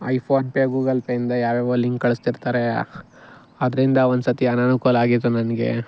iPhone pay Google ಪೇಯಿಂದ ಯಾವುಯಾವೋ link ಕಳಿಸ್ತಿರ್ತಾರೆ ಅದರಿಂದ ಒಂದ್ಸತಿ ಅನನುಕೂಲ ಆಗಿತ್ತು ನನಗೆ